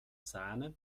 sahne